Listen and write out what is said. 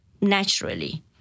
naturally